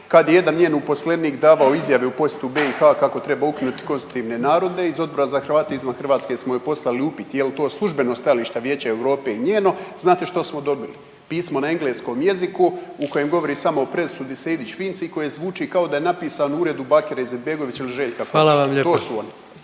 kada je jedan njen uposlenik davao izjave u posjetu BiH kako treba ukinuti konstitutivne narode. Iz Odbora za Hrvate izvan Hrvatske smo joj poslali upit jel' to službeno stajalište Vijeća Europe i njeno. Znate što smo dobili? Pismo na engleskom jeziku u kojem govori samo o presudi Sejdić - Finci koji zvuči kao da je napis u uredu Bakira Izetbegovića ili Željka Komšića. To